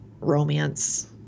romance